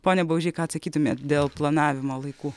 pone baužy ką atsakytumėt dėl planavimo laikų